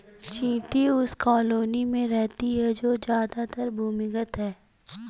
चींटी उस कॉलोनी में रहती है जो ज्यादातर भूमिगत है